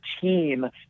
team